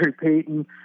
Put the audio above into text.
Payton